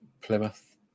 Plymouth